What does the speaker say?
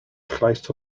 llais